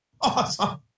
Awesome